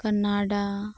Canada